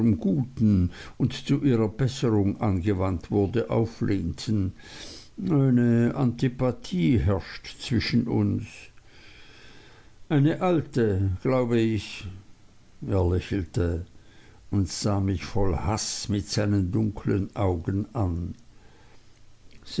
guten und zu ihrer besserung angewandt wurde auflehnten eine antipathie herrscht zwischen uns eine alte glaube ich er lächelte und sah mich voll haß mit seinen dunkeln augen an